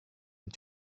and